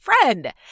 Friend